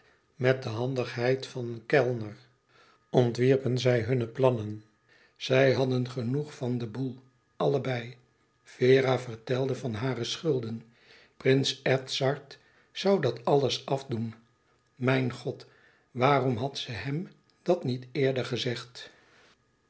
met een handigheid van een kellner ontwierpen zij hare plannen zij hadden genoeg van de boel allebei vera vertelde van hare schulden prins edzard zoû dat alles afdoen mijn god waarom had ze hem dat niet eerder gezegd